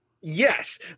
Yes